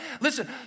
Listen